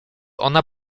ona